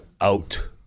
out